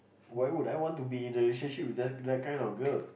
why would I want to be in a relationship with that that kind of girl